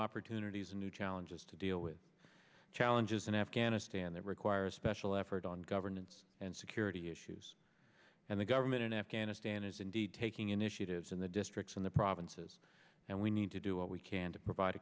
opportunities and new challenges to deal with challenges in afghanistan that require special effort on governance and security issues and the government in afghanistan is indeed taking initiatives in the districts in the provinces and we need to do what we can to provide a